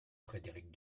frédéric